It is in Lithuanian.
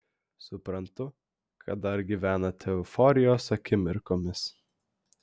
suprantu kad dar gyvenate euforijos akimirkomis